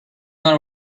our